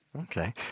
Okay